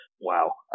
Wow